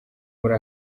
muri